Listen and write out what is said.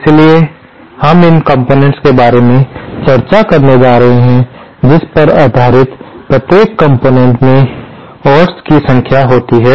इसलिए हम इन कंपोनेंट्स के बारे में चर्चा करने जा रहे हैं जिस पर अधारित प्रत्येक कॉम्पोनेन्ट में oats की संख्या होती है